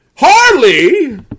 Harley